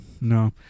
no